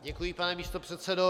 Děkuji, pane místopředsedo.